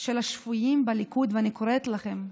של השפויים בליכוד, ואני קוראת להם,